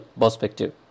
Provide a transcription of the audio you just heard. perspective